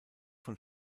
von